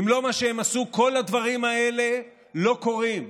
אם לא מה שהם עשו, כל הדברים האלה לא היו קורים.